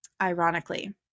ironically